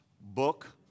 book